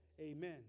Amen